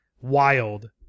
wild